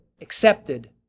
accepted